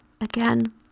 again